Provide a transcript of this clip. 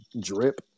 drip